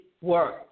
work